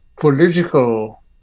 political